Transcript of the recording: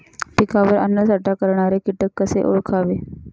पिकावर अन्नसाठा करणारे किटक कसे ओळखावे?